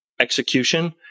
execution